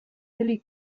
billy